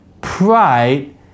pride